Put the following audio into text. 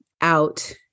out